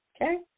Okay